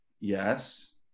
Yes